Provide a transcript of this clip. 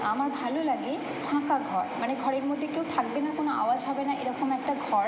আমার ভালো লাগে ফাঁকা ঘর মানে ঘরের মধ্যে কেউ থাকবে না কোনো আওয়াজ হবে না এরকম একটা ঘর